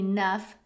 Enough